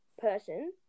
person